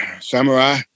Samurai